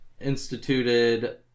instituted